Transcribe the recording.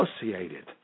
associated